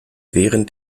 während